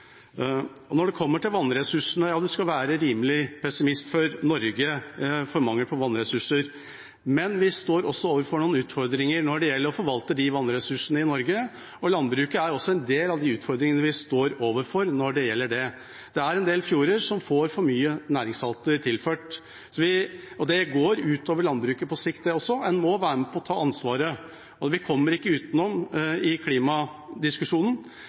Når det gjelder vannressursene i Norge, skal en være rimelig pessimistisk for å tro på mangel. Men vi står overfor noen utfordringer når det gjelder å forvalte vannressursene i Norge. Landbruket er også en del av de utfordringene vi står overfor når det gjelder det. Det er en del fjorder som får tilført for mye næringssalter, og det går på sikt også ut over landbruket. En må være med på å ta ansvaret. Vi kommer i klimadiskusjonen ikke utenom